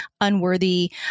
unworthy